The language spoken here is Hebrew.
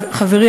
חברי,